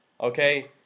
okay